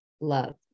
love